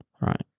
right